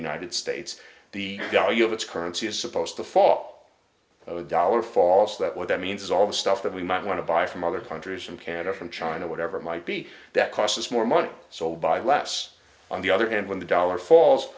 united states the value of its currency is supposed to fall dollar falls that what that means is all the stuff that we might want to buy from other countries from canada from china or whatever might be that cost us more money so buy less on the other hand when the dollar falls